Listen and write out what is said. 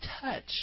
touch